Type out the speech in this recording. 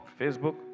Facebook